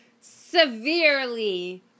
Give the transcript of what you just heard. severely